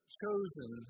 chosen